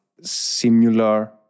similar